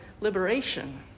liberation